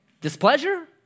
Displeasure